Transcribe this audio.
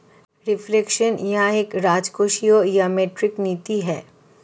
reflection यह एक राजकोषीय या मौद्रिक नीति है